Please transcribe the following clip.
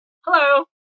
Hello